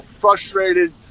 frustrated